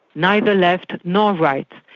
neither left, nor right,